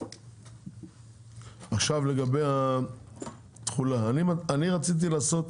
עכשיו לגבי התחולה, אני רציתי לעשות